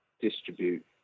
distribute